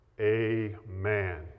Amen